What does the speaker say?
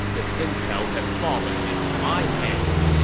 this intel has fallen into my hands.